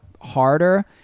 harder